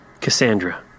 Cassandra